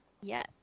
Yes